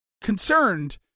concerned